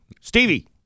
Stevie